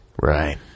Right